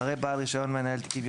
אחרי "בעל רישיון מנהל תיקים"